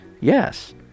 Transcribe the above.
yes